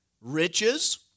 riches